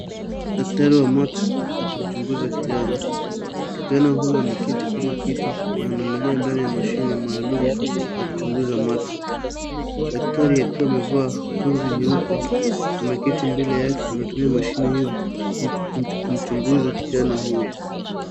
Daktari wa macho akimchunguza kijana. Kijana huyo ameketi kwenye kiti na anaangalia ndani ya mashine maalum ya kuchunguza macho. Daktari akiwa amevaa kanzu nyeupe ameketi mbele yake na anatumia mashine hiyo kumchunguza kijana huyo.